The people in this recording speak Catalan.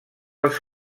els